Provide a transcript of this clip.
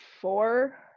four